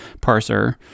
parser